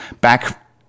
back